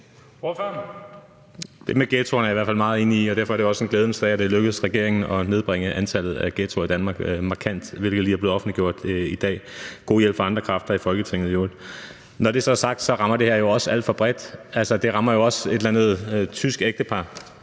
Det med ghettoerne er jeg i hvert fald meget enig i, og derfor er det også en glædens dag, at det er lykkedes regeringen at nedbringe antallet af ghettoer i Danmark markant, hvilket lige er blevet offentliggjort i dag – i øvrigt med god hjælp fra andre kræfter i Folketinget. Når det så er sagt, rammer det her jo alt for bredt. Det rammer jo også et eller andet tysk ægtepar.